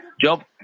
Job